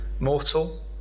mortal